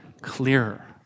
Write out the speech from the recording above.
clearer